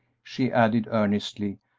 she added, earnestly,